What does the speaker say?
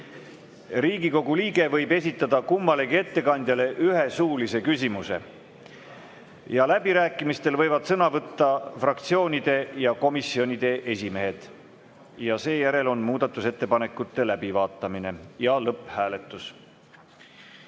Riigikogu liige võib esitada kummalegi ettekandjale ühe suulise küsimuse. Läbirääkimistel võivad sõna võtta fraktsioonide ja komisjonide esimehed. Seejärel on muudatusettepanekute läbivaatamine ja lõpphääletus. Head